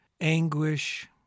anguish